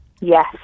Yes